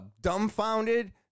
dumbfounded